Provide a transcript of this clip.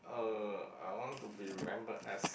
uh I want to be remembered as